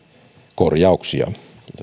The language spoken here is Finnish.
korjauksia